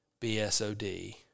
BSOD